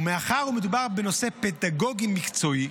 ומאחר שמדובר בנושא פדגוגי מקצועי,